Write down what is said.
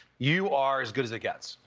you are as good as it gets.